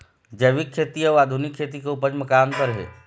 जैविक खेती अउ आधुनिक खेती के उपज म का अंतर हे?